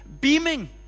beaming